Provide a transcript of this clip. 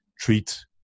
treat